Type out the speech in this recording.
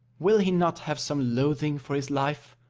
will he not have some loathing for his life,